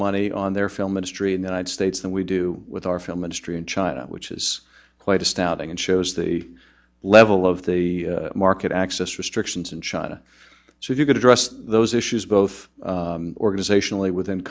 money on their film industry in the united states than we do with our film industry in china which is quite astounding and shows the level of the market access restrictions in china so if you could address those issues both organizationally within